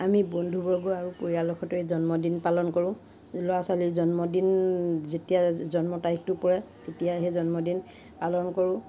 আমি বন্ধুবৰ্গ আৰু পৰিয়ালৰ সৈতে জন্মদিন পালন কৰোঁ ল'ৰা ছোৱালীৰ জন্মদিন যেতিয়া জন্ম তাৰিখটো পৰে তেতিয়াই সেই জন্মদিন পালন কৰোঁ